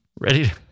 ready